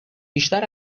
بیشتر